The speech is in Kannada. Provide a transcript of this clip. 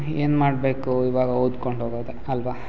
ಏನು ಮಾಡಬೇಕು ಇವಾಗ ಓದ್ಕೊಂಡು ಹೋಗೋದೇ ಅಲ್ಲವಾ